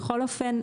בכל אופן,